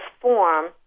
form